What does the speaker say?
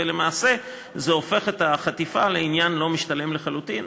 ולמעשה זה הופך את החטיפה ללא משתלמת לחלוטין.